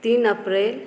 तीन अप्रैल